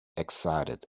excited